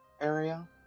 area